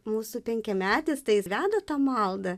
mūsų penkiametis tai jis veda tą maldą